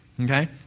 Okay